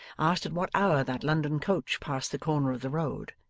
asked at what hour that london coach passed the corner of the road.